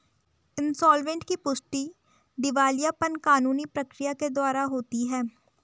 insolvent की पुष्टि दिवालियापन कानूनी प्रक्रिया के द्वारा होती है